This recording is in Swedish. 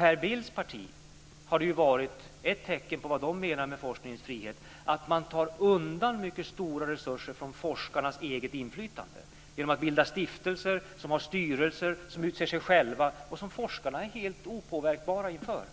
Enligt Per Bills parti innebär forskningens frihet att man tar undan mycket stora resurser från forskarnas eget inflytande genom att bilda stiftelser som har styrelser som utser sig själva och som forskarna är helt opåverkbara inför.